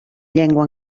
llengua